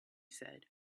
said